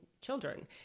children